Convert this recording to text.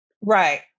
Right